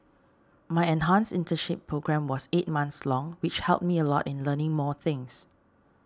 my enhanced internship programme was eight months long which helped me a lot in learning more things